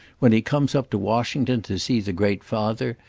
when he comes up to washington to see the great father,